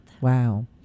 wow